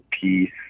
peace